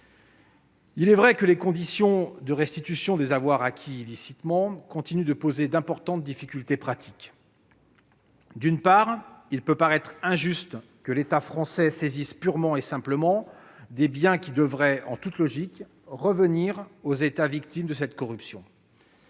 Il est vrai que les conditions de restitution des avoirs acquis illicitement continuent de poser d'importantes difficultés pratiques. S'il peut paraître injuste que l'État français saisisse purement et simplement des biens qui devraient, en toute logique, revenir aux États victimes de cette corruption,